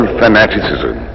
fanaticism